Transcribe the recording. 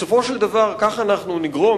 בסופו של דבר כך אנחנו נגרום,